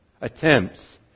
attempts